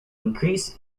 increase